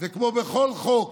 וכמו בכל חוק,